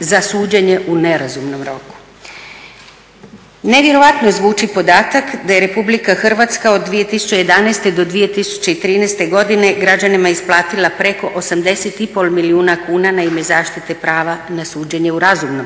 za suđenje u nerazumnom roku. Nevjerojatno zvuči podatak da je Republika Hrvatska od 2011. do 2013. godine građanima isplatila preko 80 i pol milijuna kuna na ime zaštite prava na suđenje u razumnom roku.